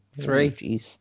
Three